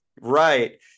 Right